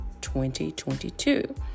2022